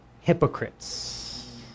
hypocrites